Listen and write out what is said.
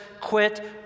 quit